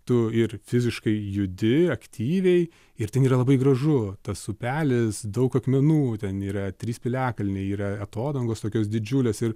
tu ir fiziškai judi aktyviai ir ten yra labai gražu tas upelis daug akmenų ten yra trys piliakalniai yra atodangos tokios didžiulės ir